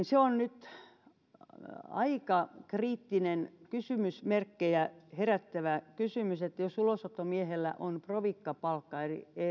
se on nyt aika kriittinen kysymysmerkkejä herättävä kysymys jos ulosottomiehellä on provikkapalkka